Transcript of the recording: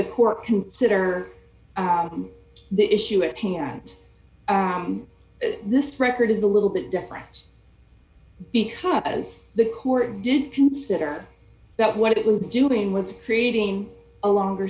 court consider the issue at hand this record is a little bit different because the court did consider that what it was doing with creating a longer